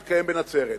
שהתקיים בנצרת.